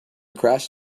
crash